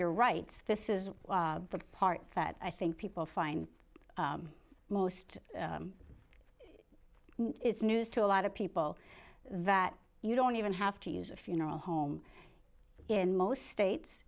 your rights this is the part that i think people find most it's news to a lot of people that you don't even have to use a funeral home in most states